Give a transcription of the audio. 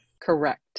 Correct